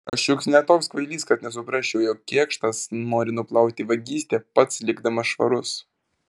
aš juk ne toks kvailys kad nesuprasčiau jog kėkštas nori nuplauti vagystę pats likdamas švarus